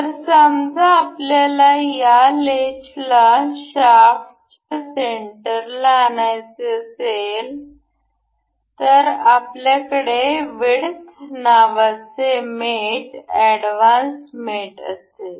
तर समजा आपल्याला या लेचला शाफ्टच्या सेंटरला आणायचे असेल तर आपल्याकडे वीडथ नावाचे मेट एडव्हान्स मेट असेल